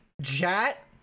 Jat